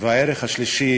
והערך השלישי